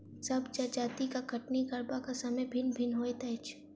सभ जजतिक कटनी करबाक समय भिन्न भिन्न होइत अछि